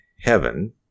heaven